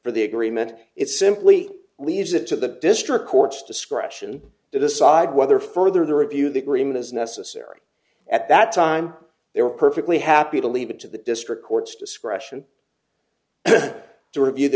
for the agreement it simply leaves it to the district court's discretion to decide whether further review the agreement is necessary at that time they were perfectly happy to leave it to the district court's discretion to review the